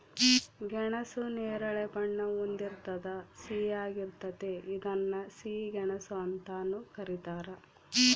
ಗೆಣಸು ನೇರಳೆ ಬಣ್ಣ ಹೊಂದಿರ್ತದ ಸಿಹಿಯಾಗಿರ್ತತೆ ಇದನ್ನ ಸಿಹಿ ಗೆಣಸು ಅಂತಾನೂ ಕರೀತಾರ